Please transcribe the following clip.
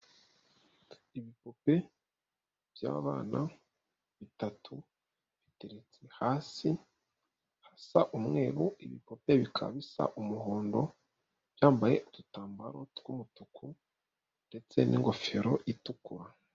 Ibipupe by'abana bitatu biteretse hasi, harasa umweru ibipupe bikaba bisa umuhondo, byambaye udutambaro tw'umutuku ndetse n'ingofero itukura.